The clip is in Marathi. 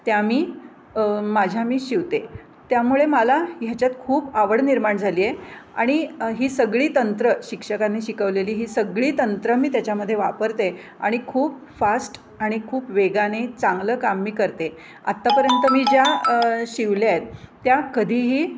त्या मी माझ्या मी शिवते त्यामुळे मला ह्याच्यात खूप आवड निर्माण झाली आहे आणि ही सगळी तंत्रं शिक्षकांनी शिकवलेली ही सगळी तंत्रं मी त्याच्यामधे वापरते आणि खूप फास्ट आणि खूप वेगाने चांगलं काम मी करते आत्तापर्यंत मी ज्या शिवल्या आहेत त्या कधीही